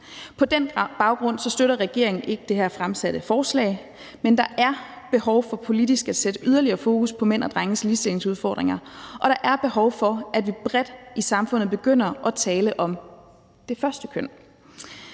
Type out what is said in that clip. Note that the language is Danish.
På den baggrund støtter regeringen ikke det her fremsatte forslag, men der er behov for politisk at sætte yderligere fokus på mænd og drenges ligestillingsudfordringer, og der er behov for, at vi bredt i samfundet begynder at tale om det første køn.